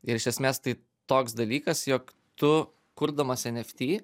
ir iš esmės tai toks dalykas jog tu kurdamas eft